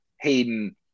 hayden